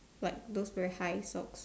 like those very high socks